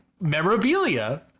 memorabilia